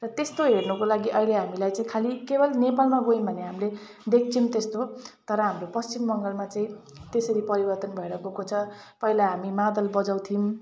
त्यस्तो हेर्नुको लागि अहिले हामीलाई चाहिँ खालि केवल नेपालमा गयौँ भने हामीले देख्छौँ त्यस्तो तर हाम्रो पश्चिम बङ्गालमा चाहिँ त्यसरी परिवर्तन भएर गएको छ पहिला हामी मादल बजाउँथौँ